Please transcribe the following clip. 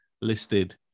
listed